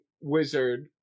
wizard